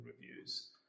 reviews